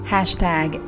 Hashtag